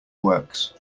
works